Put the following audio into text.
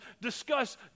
discuss